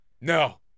No